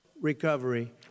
recovery